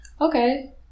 Okay